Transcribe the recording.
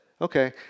Okay